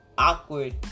Awkward